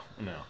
no